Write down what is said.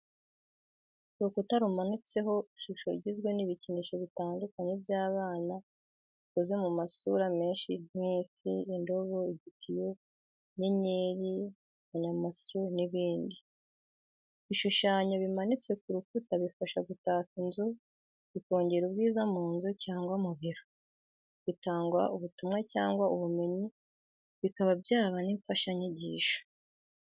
Urukuta rumanitseho ishusho igizwe n'ibikinisho bitandukanye by'abana bikoze mu masura menshi nk'ifi, indobo, igitiyo, inyenyeri, akanyamasyo n'ibindi. Ibishushanyo bimanitse ku rukuta bifasha gutaka inzu, bikongera ubwiza mu nzu cyangwa mu biro. Bitanga ubutumwa cyangwa ubumenyi, bikaba byaba n'imfashanyigisho.